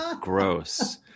gross